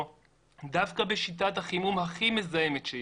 דווקא בשיטת החימום הכי מזהמת שיש,